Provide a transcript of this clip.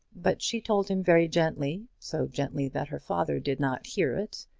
but she told him very gently, so gently that her father did not hear it,